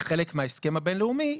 כחלק מההסכם הבינלאומי,